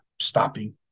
stopping